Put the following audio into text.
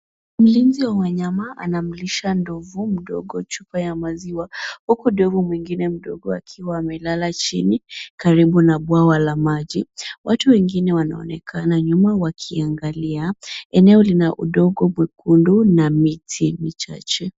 An animal keeper is feeding a baby elephant a bottle of milk while another baby elephant is sleeping on the ground close to a water pond. Other people are seen in the background watching, the area has red soil and a few trees